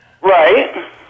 Right